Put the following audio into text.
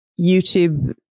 YouTube